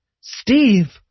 Steve